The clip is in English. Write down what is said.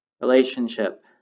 Relationship